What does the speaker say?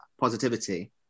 positivity